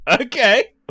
Okay